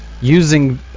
using